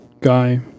guy